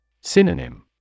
Synonym